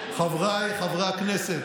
נאמתי על חווארה, אני מציע, חבריי חברי הכנסת,